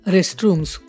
Restrooms